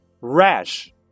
rash